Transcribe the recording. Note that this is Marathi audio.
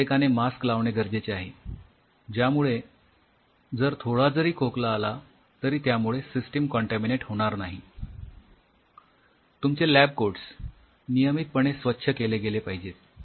प्रत्येकाने मास्क लावणे गरजेचे आहे ज्यामुळे जर थोडा जरी खोकला आला तरी त्यामुळे सिस्टिम काँटॅमिनेट होणार नाही तुमचे लॅब कोट्स नियमितपणे स्वच्छ केले गेले पाहिजेत